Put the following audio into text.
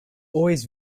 always